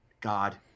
God